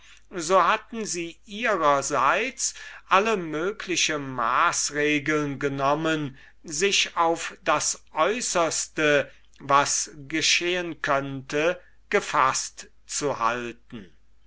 so hatten sie ihrerseits alle mögliche maßregeln genommen sich auf das äußerste was begegnen könnte gefaßt zu machen